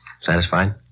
Satisfied